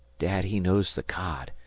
dad he knows the cod,